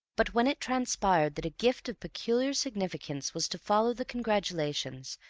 but when it transpired that a gift of peculiar significance was to follow the congratulations,